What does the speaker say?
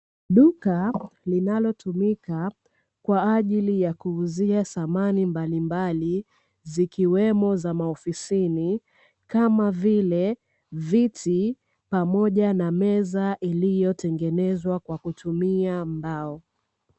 Duka linalotumika kwa ajili ya kuuzia samani mbalimbali zikiwemo za maofisini kama vile viti pamoja na meza iliyotengenezwa kwa kutumia mbao.